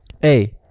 hey